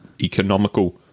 economical